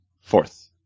Fourth